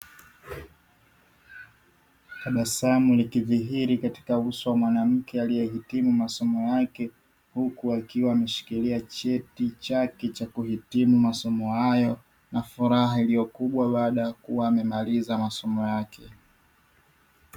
Tabasamu likidhihiri katika uso wa mwanamke aliyehitimu masomo yake, huku akiwa ameshikilia cheti chake cha kuhitimu masomo hayo na furaha iliyo kubwa baada ya kuwa amemaliza masomo yake.